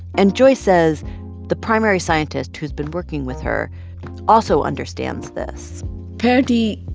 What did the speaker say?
and joy says the primary scientist who's been working with her also understands this perdi,